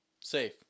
safe